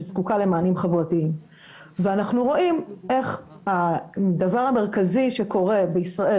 שזקוקה למענים חברתיים ואנחנו רואים איך הדבר המרכזי שקורה בישראל,